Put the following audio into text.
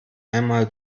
einmal